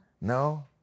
No